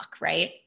right